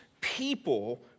people